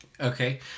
Okay